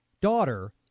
daughter